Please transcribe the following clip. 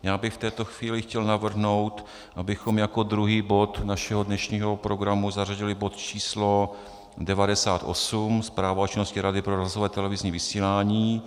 Já bych v této chvíli chtěl navrhnout, abychom jako druhý bod našeho dnešního programu zařadili bod číslo 98 Zpráva o činnosti Rady pro rozhlasové a televizní vysílání.